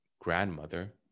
grandmother